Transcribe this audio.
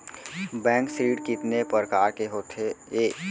Bank ऋण कितने परकार के होथे ए?